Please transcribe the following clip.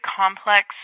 complex